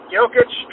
Jokic